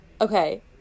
Okay